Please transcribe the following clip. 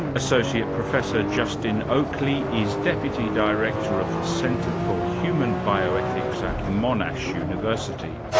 associate professor justin oakley is deputy director of the centre for human bioethics at monash university.